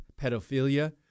pedophilia